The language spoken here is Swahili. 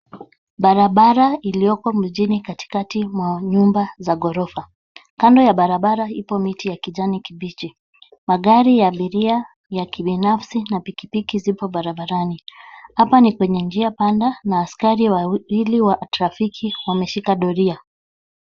Barabara iliyoko mjini katikati mwa nyumba za ghorofa. Kando ya barabara ipo miti ya kijani kibichi. Magari ya abiria, ya kibinafsi na pikipiki zipo barabarani. Hapa ni kwenye njia panda na askari wawili wa trafiki wameshika doria.